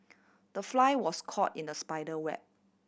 the fly was caught in the spider web